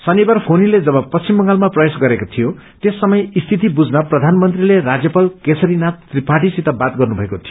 शनिबार फोनीले जब पश्चिम बंगालमा प्रवेश गरेको थियो त्यस समय रियति बुझ्न प्रधानमन्त्रीले राज्यपाल केशरीनाथ त्रिपाठीसित बात गर्नुभएको थियो